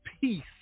peace